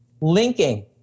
linking